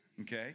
Okay